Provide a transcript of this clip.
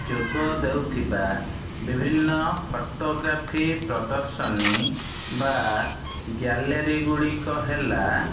ଯୋଗ ଦେଉଥିବା ବିଭିନ୍ନ ଫଟୋଗ୍ରାଫି ପ୍ରଦର୍ଶନୀ ବା ଗ୍ୟାଲେରୀ ଗୁଡ଼ିକ ହେଲା